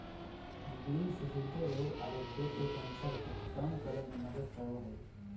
beans हृदय रोग आरो पेट के कैंसर के कम करे में मदद करो हइ